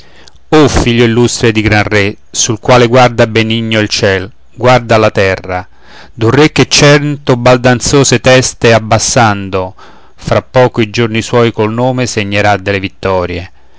o figlio illustre di gran re sul quale guarda benigno il ciel guarda la terra d'un re che cento baldanzose teste abbassando fra poco i giorni suoi col nome segnerà delle vittorie